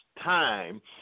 time